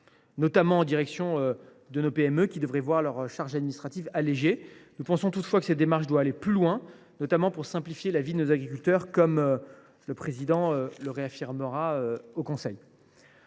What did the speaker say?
notamment en direction de nos PME. Celles ci devraient voir leurs charges administratives allégées. Nous pensons toutefois que cette démarche doit aller plus loin, notamment pour simplifier la vie de nos agriculteurs, comme le Président de la République le